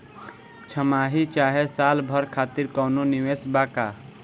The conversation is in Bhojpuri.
छमाही चाहे साल भर खातिर कौनों निवेश बा का?